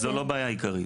זו לא הבעיה העיקרית.